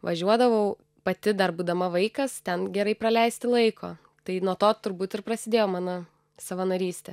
važiuodavau pati dar būdama vaikas ten gerai praleisti laiko tai nuo to turbūt ir prasidėjo mano savanorystė